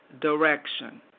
direction